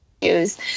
issues